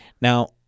Now